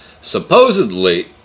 Supposedly